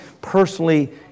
personally